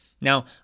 Now